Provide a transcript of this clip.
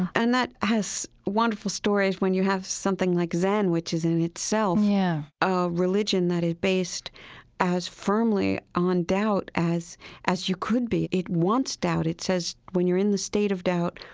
and that has wonderful stories when you have something like zen, which is in itself yeah a religion that is based as firmly on doubt as as you could be. it wants doubt. it says when you're in the state of doubt,